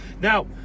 Now